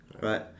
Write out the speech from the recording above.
right